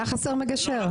היה חסר מגשר.